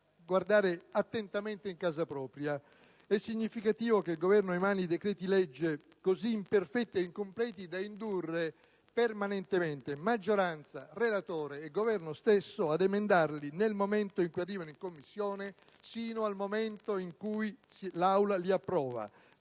guardare attentamente in casa propria. È significativo che il Governo emani decreti-legge così imperfetti e incompleti da indurre permanentemente maggioranza, relatore e Governo stesso ad emendarli dal momento in cui arrivano in Commissione, sino al momento in cui l'Assemblea li approva.